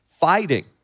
fighting